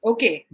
Okay